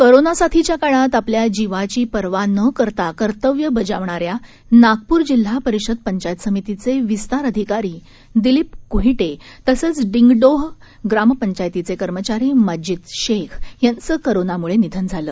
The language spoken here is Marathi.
कोरोनासाथीच्याकाळातआपल्याजीवाचीपर्वानकरताकर्तव्यबजावणाऱ्यानागप्रजिल्हापरिषदपंचायतसमितीचेविस्तारअधिकारी दिलीपक्हीटे तसंचडिंगडोहग्रामपंचायतीचेकर्मचारीमज्जिदशेखयांचंकोरोनामुळेनिधनझालं